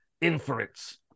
inference